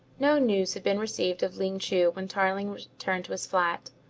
no news had been received of ling chu when tarling returned to his flat.